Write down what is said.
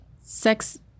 sex